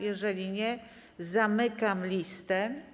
Jeżeli nie, zamykam listę.